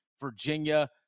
Virginia